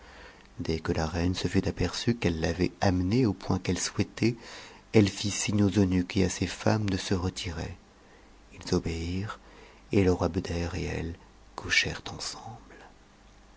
dès que la reine se fut aperçu qu'elle l'avait amené au point qu'elle souhaitait elle fi signe aux eunuques et à ses femmes de se retirer ils obéirent et le roi beder et elle couchèrent ensemble